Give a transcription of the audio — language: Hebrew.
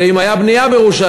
זה אם הייתה בנייה בירושלים.